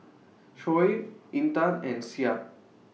Shoaib Intan and Syah